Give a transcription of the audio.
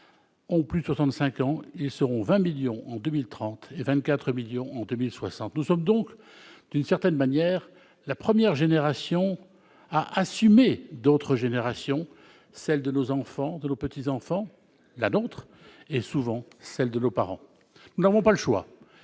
de plus de 65 ans ; ils seront 20 millions en 2030 et 24 millions en 2060. Nous sommes donc la première génération à en assumer d'autres : celles de nos enfants et de nos petits-enfants, la nôtre et, souvent, celle de nos parents ... Nous n'avons pas le choix,